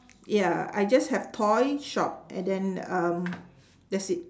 ya I just have toy shop and then um that's it